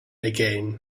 again